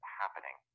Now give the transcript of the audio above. happening